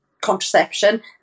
contraception